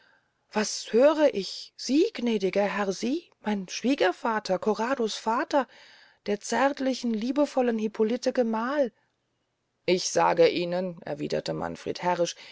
was hör ich sie gnädiger herr sie mein schwiegervater corrado's vater der zärtlichen liebevollen hippolite gemahl ich sage ihnen erwiederte manfred herrisch